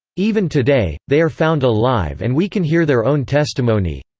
even today, they are found alive and we can hear their own testimony.